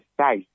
size